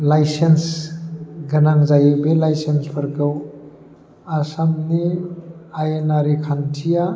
licence गोनां जायो बे लाइसेन्सफोरखौ आसामनि आयेनारि खान्थिया